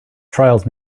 trials